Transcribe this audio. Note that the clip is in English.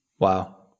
Wow